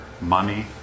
money